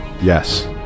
yes